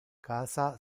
casa